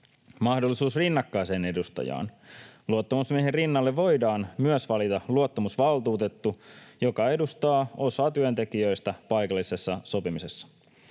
mahdollisuus rinnakkaiseen edustajaan — luottamusmiehen rinnalle voidaan valita myös luottamusvaltuutettu, joka edustaa osaa työntekijöistä paikallisessa sopimisessa.